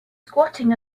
squatting